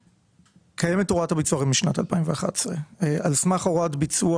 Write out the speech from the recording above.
קיימת הוראת ביצוע משנת 2011. מאז 2018,